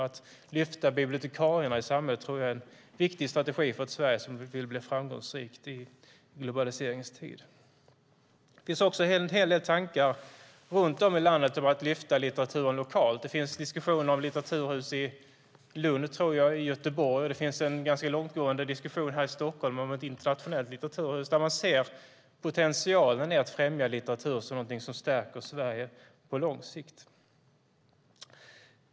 Att lyfta fram bibliotekarierna i samhället tror jag är en viktig strategi för ett Sverige som vill bli framgångsrikt i globaliseringens tid. Det finns en hel del tankar runt om i landet på att lyfta fram litteraturen lokalt. Det finns diskussioner om litteraturhus i Lund och i Göteborg. Det finns en ganska långtgående diskussion här i Stockholm om ett internationellt litteraturhus. Man ser potentialen i att främja litteratur som något som stärker Sverige på lång sikt.